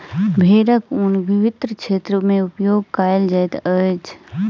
भेड़क ऊन विभिन्न क्षेत्र में उपयोग कयल जाइत अछि